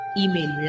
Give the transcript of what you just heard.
email